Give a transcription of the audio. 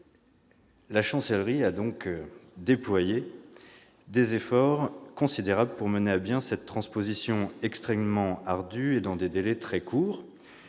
La Chancellerie a donc déployé des efforts considérables pour mener à bien cette transposition extrêmement ardue dans des délais très courts.